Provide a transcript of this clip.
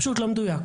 זה פשוט לא מדוייק.